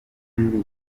muri